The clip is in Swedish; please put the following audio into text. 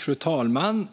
Fru talman!